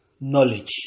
knowledge